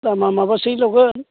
दामा माबासो जागोन